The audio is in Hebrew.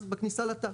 אז בכניסה לתא.